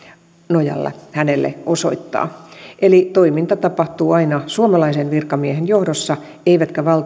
nojalla hänelle osoittaa eli toiminta tapahtuu aina suomalaisen virkamiehen johdossa eivätkä